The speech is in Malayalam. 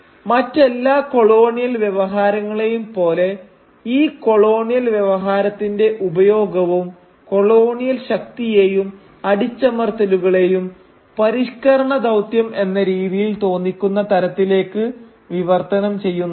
മറ്റെല്ലാ കൊളോണിയൽ വ്യവഹാരങ്ങളെയും പോലെ ഈ കൊളോണിയൽ വ്യവഹാരത്തിന്റെ ഉപയോഗവും കൊളോണിയൽ ശക്തിയേയും അടിച്ചമർത്തലുകളേയും പരിഷ്കരണ ദൌത്യം എന്ന രീതിയിൽ തോന്നിക്കുന്ന തരത്തിലേക്ക് വിവർത്തനം ചെയ്യുന്നുണ്ട്